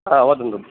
हा वदन्तु